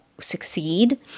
succeed